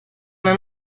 una